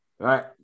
right